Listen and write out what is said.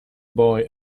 boy